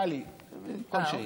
טלי כלשהי.